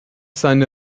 seine